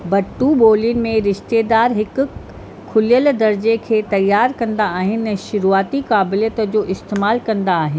बटू ॿोलियुनि में रिश्तेदारु हिकु खुलियलु दर्जे खे तयारु कंदा आहिनि शुरूआती क़ाबिलियत जो इस्तेमालु कंदा आहिनि